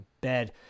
bed